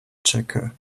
checker